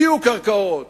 הפקיעו את הקרקעות,